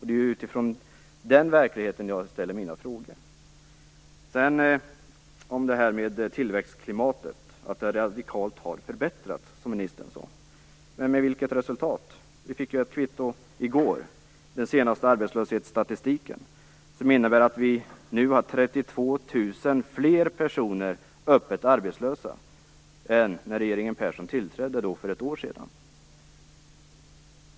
Det är utifrån den verkligheten jag ställer mina frågor. Sedan säger ministern att tillväxtklimatet radikalt har förbättrats. Men med vilket resultat? Vi fick ju ett kvitto i går genom den senaste arbetslöshetsstatistiken. Den visar att vi nu har 32 000 fler personer öppet arbetslösa än när regeringen Persson tillträdde för ett år sedan.